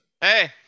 Hey